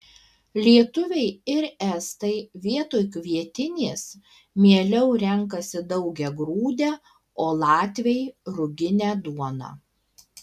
lietuviai ir estai vietoj kvietinės mieliau renkasi daugiagrūdę o latviai ruginę duoną